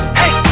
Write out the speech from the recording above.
hey